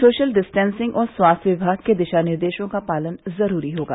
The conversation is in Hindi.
सोशल डिस्टेन्सिंग और स्वास्थ्य विभाग के दिशा निर्देशों का पालन जरूरी होगा